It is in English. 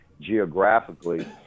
geographically